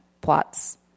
plots